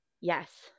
Yes